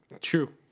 True